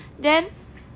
then